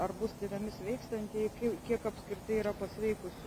ar bus tiriami sveikstantieji kiek apskritai yra pasveikusių